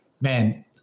man